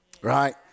Right